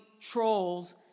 trolls